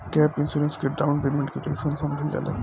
gap insurance के down payment के जइसन समझल जाला